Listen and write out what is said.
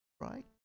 Right